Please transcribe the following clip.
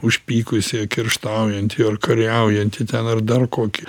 užpykusi kerštaujantį ar kariaujantį ten ar dar kokį